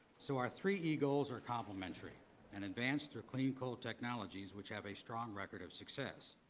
so our three e goals are complementary and advance through clean coal technologies which have a strong record of success.